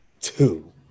two